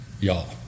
y'all